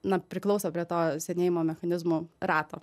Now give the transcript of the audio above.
na priklauso prie to senėjimo mechanizmų rato